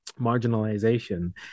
marginalization